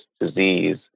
disease